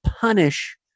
punish